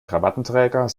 krawattenträger